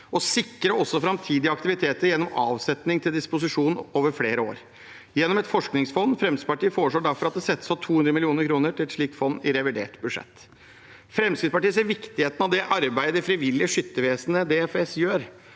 og sikre framtidige aktiviteter gjennom avsetning til disposisjon over flere år gjennom et forskningsfond. Fremskrittspartiet foreslår derfor at det settes av 200 mill. kr til et slikt fond i revidert budsjett. Fremskrittspartiet ser viktigheten av det arbeidet Det frivillige Skyttervesen, DFS, gjør.